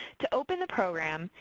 to open the program,